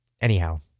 Anyhow